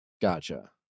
Gotcha